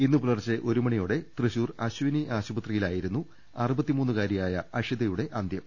ഇന്ന് പുലർച്ചെ ഒരു മണിയോടെ തൃശൂർ അശ്വിനി ആശുപത്രിയി ലായിരുന്നു അറുപത്തിമൂന്നുകാരിയായ അഷിതയുടെ അന്ത്യം